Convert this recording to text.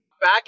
Back